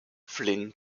flynn